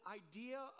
idea